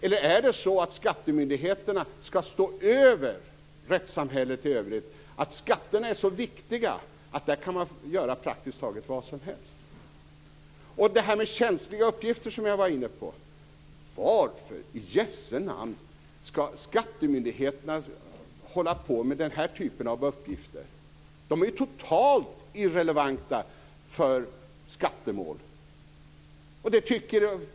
Eller skall skattemyndigheterna stå över rättssamhället i övrigt? Är skatterna så viktiga att man på det området kan göra praktiskt taget vad som helst? Jag var inne på detta med känsliga uppgifter. Varför i jesse namn skall skattemyndigheterna hålla på med den här typen av uppgifter? De är ju totalt irrelevanta för skattemål.